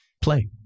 play